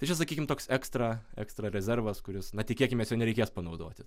tai čia sakykim toks ekstra ekstra rezervas kuris na tikėkimės jo nereikės panaudoti